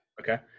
Okay